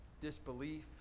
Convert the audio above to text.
disbelief